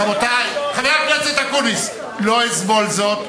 חבר הכנסת אקוניס, לא אסבול זאת.